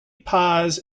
paz